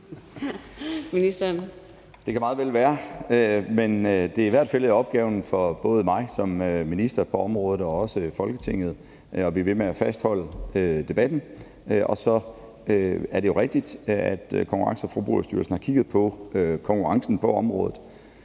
Det kan meget vel være, men det er i hvert fald opgaven for både mig som minister på området og for Folketinget at blive ved med at fastholde debatten. Så er det jo rigtigt, at Konkurrence- og Forbrugerstyrelsen har kigget på konkurrencen på området,